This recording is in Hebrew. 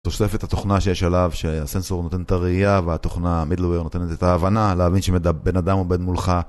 תושף את התוכנה שיש עליו שהסנסור נותן את הראייה והתוכנה מידלוויר נותנת את ההבנה להבין שבן אדם עומד מולך